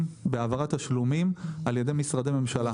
בהעברת תשלומים על ידי משרדי ממשלה,